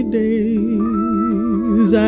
days